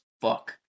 fuck